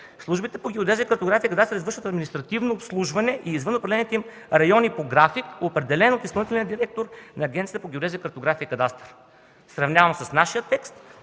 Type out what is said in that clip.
„Службите по геодезия, картография и кадастър извършват административно обслужване извън определените им райони по график, определен от изпълнителния директор на Агенцията по геодезия, картография и кадастър”. Сравнявам с нашия текст: